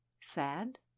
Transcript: sad